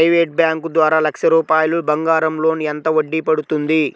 Private bank ద్వారా లక్ష రూపాయలు బంగారం లోన్ ఎంత వడ్డీ పడుతుంది?